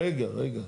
רגע, רגע.